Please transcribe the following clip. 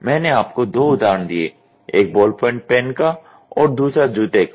मैंने आपको दो उदाहरण दिए एक बॉलपॉइंट पेन का और दूसरा जूते का